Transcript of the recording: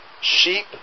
sheep